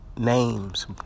Names